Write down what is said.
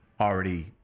already